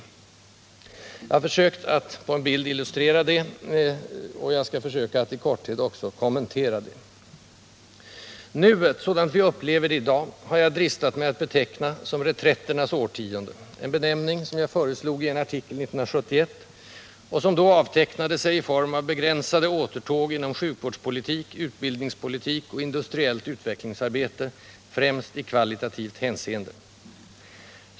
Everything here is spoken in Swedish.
Jag har försökt att på den bild som nu visas på TV-skärmen illustrera hur jag ser på saken, och jag skall försöka att knyta några reflexioner till den. Nuet, sådant vi upplever det i dag, har jag dristat mig att beteckna som reträtternas årtionde, en benämning som jag föreslog i en artikel 1971, för vad som då avtecknade sig i form av begränsade återtåg inom sjukvårdspolitik, utbildningspolitik och industriellt utvecklingsarbete, främst i kvalitativt hänseende.